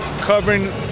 covering